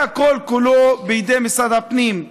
היה כל-כולו בידי משרד הפנים.